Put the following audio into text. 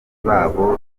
babo